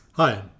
Hi